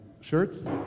shirts